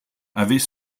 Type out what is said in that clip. avait